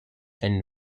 and